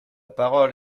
parole